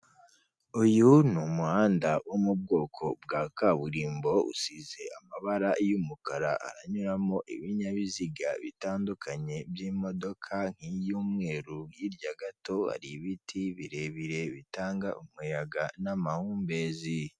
Uyu ni umuhanda wo mu bwoko bwa kaburimbo, usize amabara y'umukara, anyuramo ibinyabiziga bitandukanye by'imodoka nk'iy'umweru, hirya gato hari ibiti birebire bitanga umuyaga n'amahumbezi.